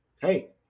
Hey